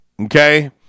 Okay